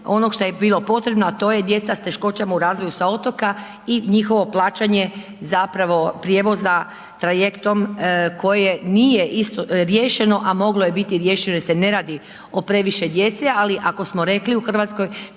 onog šta je bilo potrebno a to je djeca sa teškoćama u razvoja sa otoka i njihovo plaćanje zapravo prijevoza trajektnom koje nije riješeno a moglo je biti riješeno jer se ne radi o previše djece ali ako smo rekli u Hrvatskoj